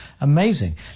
Amazing